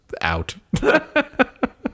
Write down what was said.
out